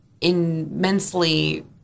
immensely